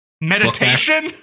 Meditation